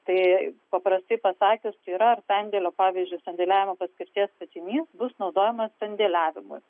tai paprastai pasakius tai yra ar sandėlio pavyzdžiui sandėliavimo paskirties statinys bus naudojamas sandėliavimui